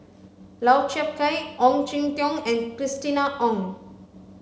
Lau Chiap Khai Ong Jin Teong and Christina Ong